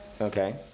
Okay